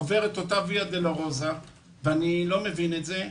עובר את אותה ויה דלרוזה ואני לא מבין את זה,